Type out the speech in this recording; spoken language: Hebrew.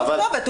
הוא הכתובת.